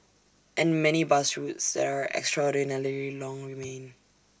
and many bus routes there extraordinarily long remain